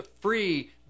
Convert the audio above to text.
free